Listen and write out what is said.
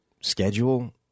schedule